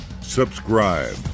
subscribe